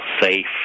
safe